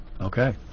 Okay